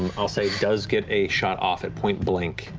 um i'll say does get a shot off at point blank.